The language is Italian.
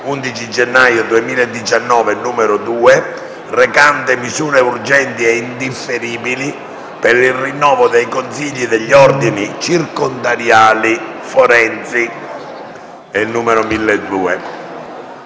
11 gennaio 2019, n. 2, recante misure urgenti e indifferibili per il rinnovo dei consigli degli ordini circondariali forensi» (1002).